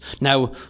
Now